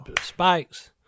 spikes